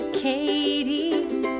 Katie